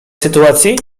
sytuacji